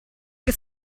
che